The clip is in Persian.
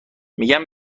میگم